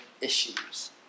issues